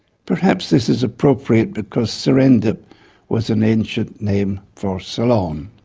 perhaps this is appropriate because serendip was an ancient name for ceylon.